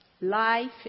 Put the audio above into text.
life